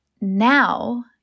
Now